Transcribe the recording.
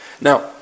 Now